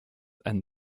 and